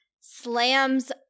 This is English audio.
slams